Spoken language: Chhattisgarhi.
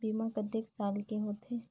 बीमा कतेक साल के होथे?